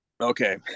Okay